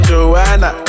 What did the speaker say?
Joanna